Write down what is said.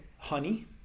honey